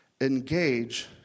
Engage